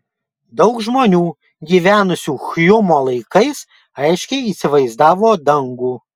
daug žmonių gyvenusių hjumo laikais aiškiai įsivaizdavo dangų